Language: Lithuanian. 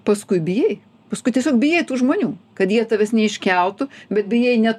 paskui bijai paskui tiesiog bijai tų žmonių kad jie tavęs neiškeltų bet bijai ne